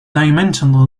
dimensional